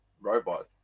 robot